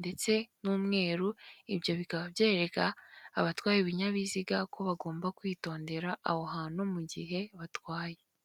ndetse n'umweru, ibyo bikaba byereka, abatwaye ibinyabiziga ko bagomba kwitondera aho hantu mu gihe batwaye.